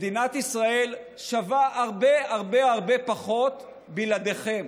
מדינת ישראל שווה הרבה הרבה הרבה פחות בלעדיכם,